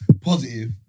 positive